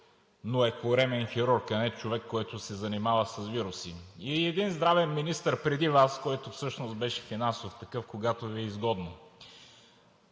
но е коремен хирург, а не човек, който се занимава с вируси, и един здравен министър преди Вас, който всъщност беше финансов такъв – когато Ви е изгодно.